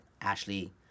ashley